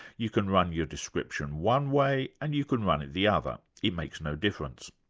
you can run your description one way and you can run it the other, it makes no difference.